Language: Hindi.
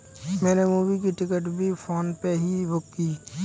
मैंने मूवी की टिकट भी फोन पे से ही बुक की थी